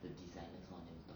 the designers want them to talk